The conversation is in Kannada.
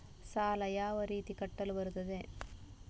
ಸಾಲ ಯಾವ ರೀತಿ ಕಟ್ಟಲು ಬರುತ್ತದೆ?